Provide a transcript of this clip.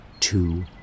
Two